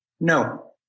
No